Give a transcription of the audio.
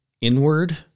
inward